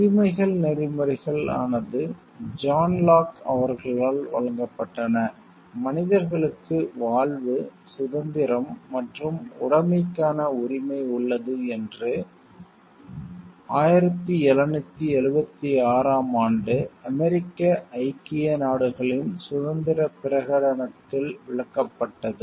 உரிமைகள் நெறிமுறைகள் rights ethics ஆனது ஜான் லாக் அவர்களால் வழங்கப்பட்டன மனிதர்களுக்கு வாழ்வு சுதந்திரம் மற்றும் உடைமைக்கான உரிமை உள்ளது என்று 1776 ஆம் ஆண்டு அமெரிக்க ஐக்கிய நாடுகளின் சுதந்திரப் பிரகடனத்தில் விளக்கப்பட்டது